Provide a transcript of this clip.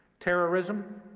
terrorism,